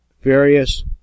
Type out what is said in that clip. various